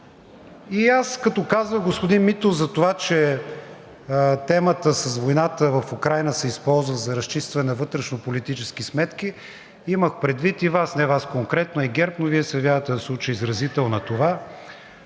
И като казах, господин Митов, че темата с войната в Украйна се използва за разчистване на вътрешнополитически сметки, имах предвид и Вас – не Вас конкретно, а ГЕРБ, но Вие се явявате в случая изразител на това.